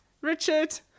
Richard